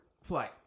flight